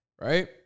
Right